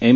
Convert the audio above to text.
M